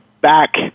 back